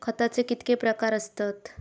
खताचे कितके प्रकार असतत?